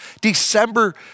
December